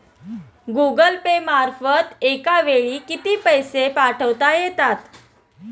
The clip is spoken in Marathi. गूगल पे मार्फत एका वेळी किती पैसे पाठवता येतात?